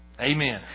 Amen